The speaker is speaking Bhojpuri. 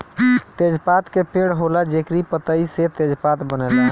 तेजपात के पेड़ होला जेकरी पतइ से तेजपात बनेला